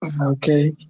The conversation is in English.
okay